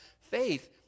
faith